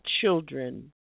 children